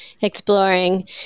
exploring